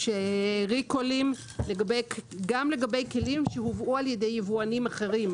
וריקולים גם לגבי כלים שיובאו על ידי יבואנים אחרים,